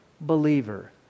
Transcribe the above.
believer